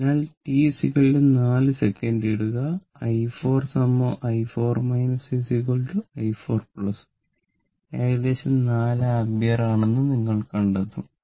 അതിനാൽ t 4 second ഇടുക i4 i 4 i 4 ഏകദേശം 4 ആമ്പിയർ ആണെന്ന് നിങ്ങൾ കണ്ടെത്തും